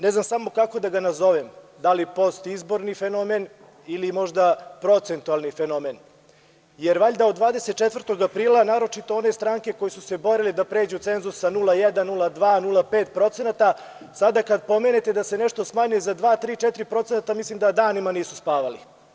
Ne znam samo kako da ga nazovem, da li postizborni fenomen ili možda procentualni fenomen , jer 24. aprila naročito one stranke koje su se borile da pređu cenzus sa 0,1, 02, 05% sada kada pomenete da se nešto smanji za 2, 3, 4 procenta, mislim da danima nisu spavali.